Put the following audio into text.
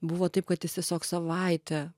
buvo taip kad jis tiesiog savaitę